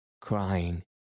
crying